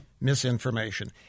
misinformation